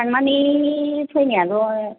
थांनानै फैनाययाल'